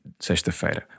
sexta-feira